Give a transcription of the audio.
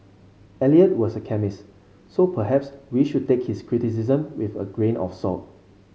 Eliot was a chemist so perhaps we should take his criticisms with a grain of salt